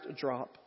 drop